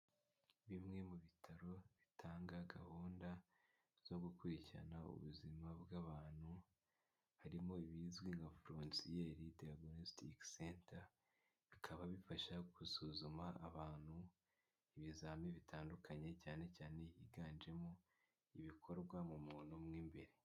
Bimwe mu bitaro bitanga gahunda zo gukurikirana ubuzima bw'abantu harimo ibizwi nka Frontier Diagnostic Center ,bikaba bifasha gusuzuma abantu ibizamini bitandukanye cyane cyane higanjemo ibikorwa mu muntu mo imbere.